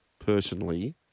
personally